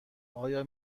آیا